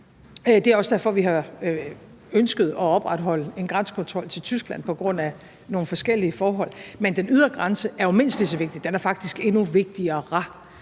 Det er også derfor, vi har ønsket at opretholde en grænsekontrol til Tyskland; det er på grund af nogle forskellige forhold. Men den ydre grænse er jo mindst lige så vigtig. Den er faktisk endnu vigtigere,